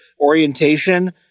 orientation